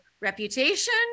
reputation